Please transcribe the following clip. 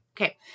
Okay